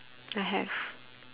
I have